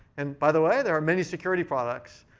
and by the way, there are many security products.